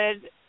good